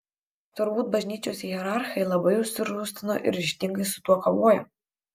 turbūt bažnyčios hierarchai labai užsirūstino ir ryžtingai su tuo kovoja